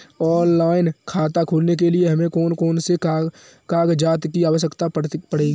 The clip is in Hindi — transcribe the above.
ऑनलाइन खाता खोलने के लिए हमें कौन कौन से कागजात की आवश्यकता पड़ेगी?